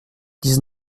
dix